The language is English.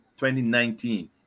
2019